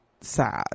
sad